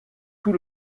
tout